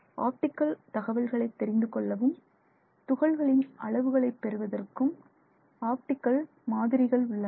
optical தகவல்களை தெரிந்து கொள்ளவும் துகள்களின் அளவுகளை பெறுவதற்கும் ஆப்டிகல் மாதிரிகள் உள்ளன